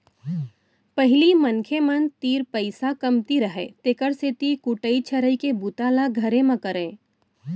पहिली मनखे मन तीर पइसा कमती रहय तेकर सेती कुटई छरई के बूता ल घरे म करयँ